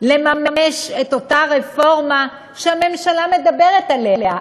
לממש את אותה רפורמה שהממשלה מדברת עליה,